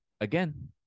again